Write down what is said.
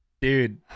Dude